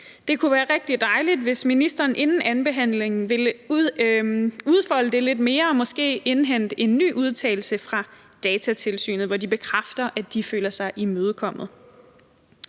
Det kunne være rigtig dejligt, hvis ministeren inden andenbehandlingen ville udfolde det lidt mere og måske indhente en ny udtalelse fra Datatilsynet, hvor de bekræfter, at de føler sig imødekommet.